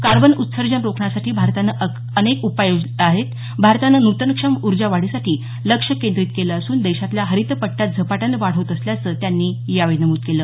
carbon उत्सर्जन रोखण्यासाठी भारतानं अनेक उपाय योजले आहेत भारतानं नूतनक्षम उर्जावाढीसाठी लक्ष केंद्रीत केलं असून देशातल्या हरित पट्ट्यात झपाट्यानं वाढ होत असल्याचं त्यांनी यावेळी नमूद केलं